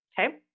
okay